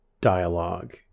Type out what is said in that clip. dialogue